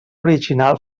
original